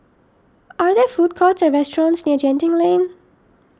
are there food courts or restaurants near Genting Lane